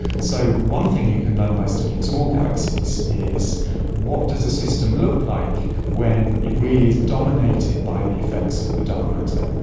so one thing you can learn by studying small galaxies is what does a system look like when it really is dominated by the effects of the dark matter?